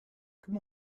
good